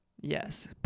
Yes